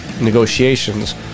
negotiations